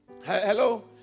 Hello